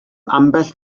ambell